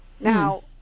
Now